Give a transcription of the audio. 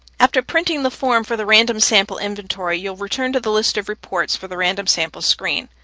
after printing the form for the random sample inventory, you'll return to the list of reports for the random sample screen.